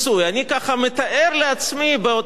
כשהיה פה דיון בשבוע שעבר,